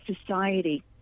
society